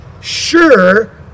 sure